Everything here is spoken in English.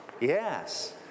yes